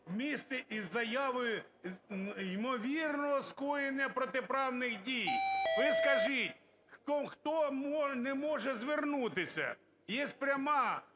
містить… і заяви ймовірно скоєних протиправних дій. Ви скажіть, хто не може звернутися. Є пряма